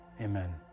amen